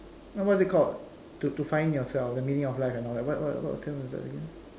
no what's is it called to to find yourself the meaning of life and all that what what what term is that again